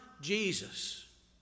Jesus